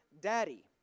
Daddy